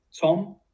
Tom